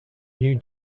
new